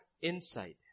inside